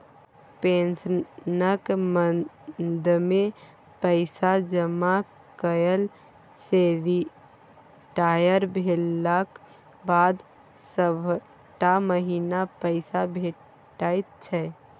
पेंशनक मदमे पैसा जमा कएला सँ रिटायर भेलाक बाद सभटा महीना पैसे भेटैत छै